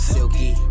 Silky